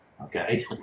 Okay